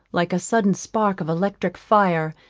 like a sudden spark of electric fire,